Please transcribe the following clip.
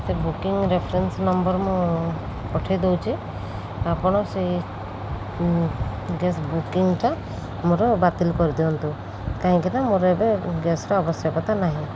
ସେ booking reference number ମୁଁ ପଠାଇଦେଉଛି ଆପଣ ସେହି ଗ୍ୟାସ୍ ବୁକିଂଟା ମୋର ବାତିଲ କରିଦିଅନ୍ତୁ କାହିଁକିନା ମୋର ଏବେ ଗ୍ୟାସ୍ର ଆବଶ୍ୟକତା ନାହିଁ